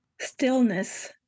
stillness